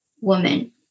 Woman